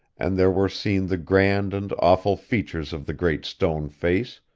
and there were seen the grand and awful features of the great stone face,